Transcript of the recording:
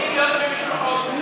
אנשים רוצים להיות עם המשפחות שלהם,